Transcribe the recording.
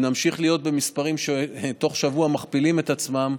נמשיך להיות במספרים שתוך שבוע מכפילים את עצמם,